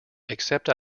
except